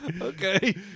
Okay